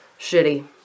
Shitty